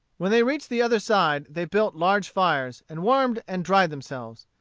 when they reached the other side they built large fires, and warmed and dried themselves.